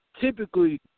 typically